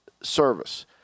service